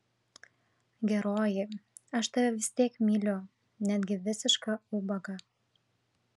geroji aš tave vis tiek myliu netgi visišką ubagą